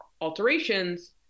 alterations